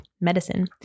medicine